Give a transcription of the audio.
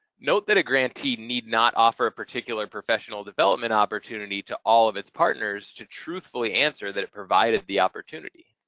note that a grantee need not offer a particular professional development opportunity to all of its partners to truthfully answer that it provided the opportunity.